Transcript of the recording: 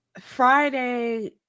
friday